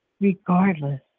regardless